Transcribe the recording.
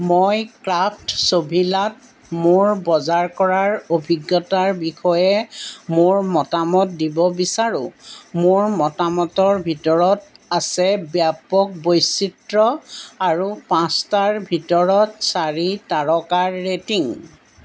মই ক্ৰাফ্টছভিলাত মোৰ বজাৰ কৰাৰ অভিজ্ঞতাৰ বিষয়ে মোৰ মতামত দিব বিচাৰোঁ মোৰ মতামতৰ ভিতৰত আছে ব্যাপক বৈচিত্ৰ্য আৰু পাঁচটাৰ ভিতৰত চাৰি তাৰকাৰ ৰেটিং